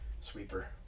Sweeper